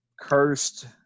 Cursed